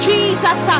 Jesus